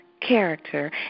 character